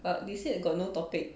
but they said you got no topic